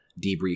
debrief